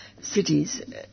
Cities